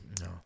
No